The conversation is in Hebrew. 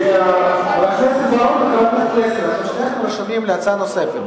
בר-און ופלסנר, שניכם רשומים להצעה נוספת.